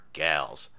gals